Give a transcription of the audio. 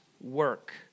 work